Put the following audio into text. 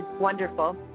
wonderful